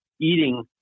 eating